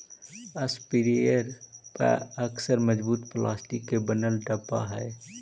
sprayer पअक्सर मजबूत plastic के बनल डब्बा हई